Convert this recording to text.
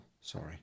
sorry